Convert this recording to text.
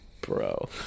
bro